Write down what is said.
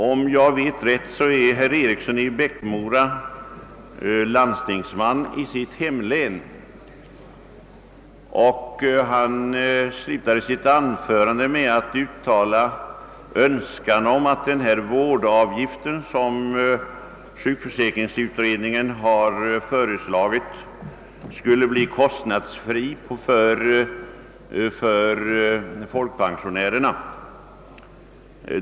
Om jag inte tar fel är herr Eriksson i Bäckmora landstingsman i sitt hemlän. Han slutade sitt anförande med att uttala en önskan, att den av sjukförsäkringsutredningen föreslagna vårdavgiften skulle bli kostnadsfri för folkpensionärerna.